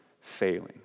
failing